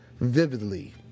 vividly